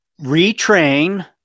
retrain